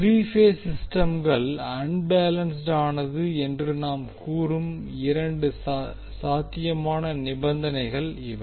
three phase சிஸ்டம்கள் அன்பேலன்ஸ்ட்டானது என்று நாம் கூறும் இரண்டு சாத்தியமான நிபந்தனைகள் இவை